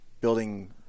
building